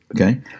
okay